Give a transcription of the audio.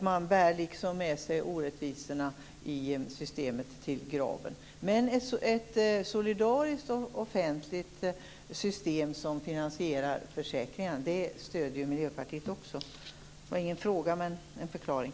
Man bär med sig orättvisorna i systemet i graven. Miljöpartiet stöder ett solidariskt och offentligt system för att finansiera försäkringarna. Det var ingen fråga, men en förklaring.